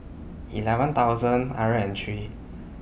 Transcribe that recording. eleven thousand hundred and three